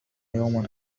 يوما